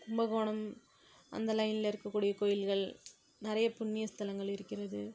கும்பகோணம் அந்த லைனில் இருக்கக்கூடிய கோயில்கள் நிறைய புண்ணிய ஸ்தலங்கள் இருக்கிறது